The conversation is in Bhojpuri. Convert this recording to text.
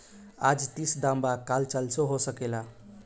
आज तीस दाम बा काल चालीसो हो सकेला